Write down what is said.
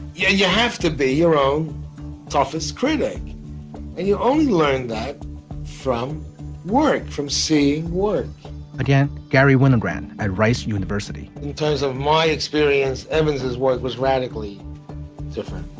yeah yeah have to be your own toughest critic. and you only learned that from work, from c word again. garry winogrand at rice university in terms of my experience. evans his work was radically different.